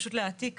פשוט להעתיק